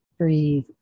Breathe